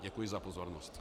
Děkuji za pozornost.